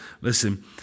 listen